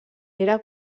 era